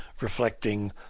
reflecting